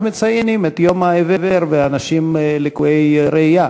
אנחנו מציינים את יום העיוור והאנשים לקויי הראייה.